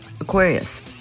Aquarius